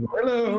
Hello